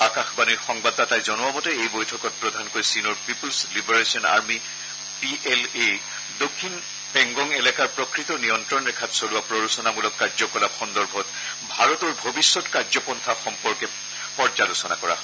আকাশবাণীৰ সংবাদদাতাই জনোৱা মতে এই বৈঠকত প্ৰধানকৈ চীনৰ People's Liberation Army P L A ই দক্ষিণ পেংগং এলেকাৰ প্ৰকৃত নিয়ন্ত্ৰণ ৰেখাত চলোৱা প্ৰৰোচনামূলক কাৰ্য্যকলাপ সন্দৰ্ভত ভাৰতৰ ভৱিষ্যৎ কাৰ্যপন্থা সম্পৰ্কে পৰ্যালোচনা কৰা হয়